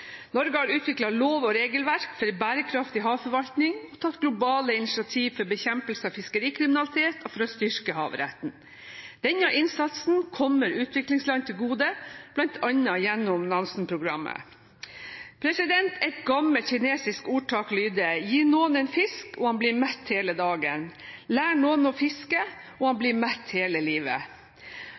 Norge har utviklet lov- og regelverk for en bærekraftig havforvaltning og tatt globale initiativ for bekjempelse av fiskerikriminalitet og for å styrke havretten. Denne innsatsen kommer utviklingsland til gode, bl.a. gjennom Nansen-programmet. Et gammelt kinesisk ordtak lyder: Gi noen en fisk, og han blir mett hele dagen. Lær noen å fiske, og han blir mett hele livet.